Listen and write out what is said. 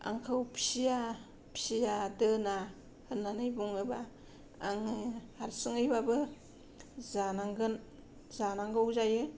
आंखौ फिसिया फिसिया दोना होननानै बुङोबा आङो हारसिङै बाबो जानांगोन जानांगौ जायो